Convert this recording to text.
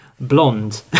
Blonde